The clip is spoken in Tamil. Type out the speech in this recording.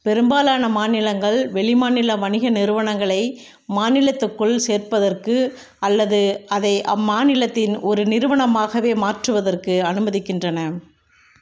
பெரும்பாலான மாநிலங்கள் வெளிமாநில வணிக நிறுவனங்களை மாநிலத்துக்குள் சேர்ப்பதற்கு அல்லது அதை அம்மாநிலத்தின் ஒரு நிறுவனமாகவே மாற்றுவதற்கு அனுமதிக்கின்றன